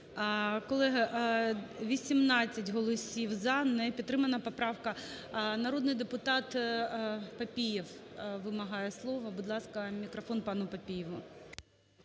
Колеги, 18 голосів "за". Не підтримана поправка. Народний депутат Папієв вимагає слова. Будь ласка, мікрофон пану Папієву.